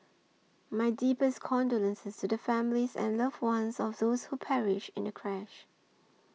my deepest condolences to the families and loved ones of those who perished in the crash